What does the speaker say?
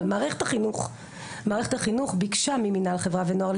אבל מערכת החינוך ביקשה ממנהל חברה ונוער,